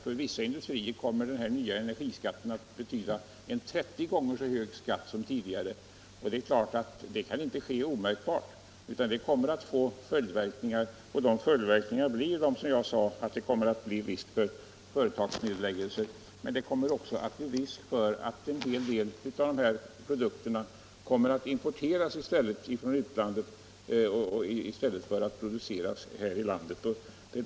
För vissa industrier kommer den nya energiskatten att betyda en 30 gånger så hög skatt som tidigare. Det är klart att det inte kan ske omärkligt, utan det kommer att få följdverkningar bl.a. i form av företagsnedläggelser. Det finns också risk för att en hel del av de produkter det gäller kommer att importeras från utlandet i stället för att produceras här i landet.